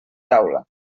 taula